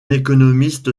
économiste